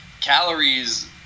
calories